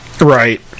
right